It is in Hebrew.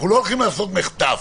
אנחנו לא הולכים לעשות מחטף.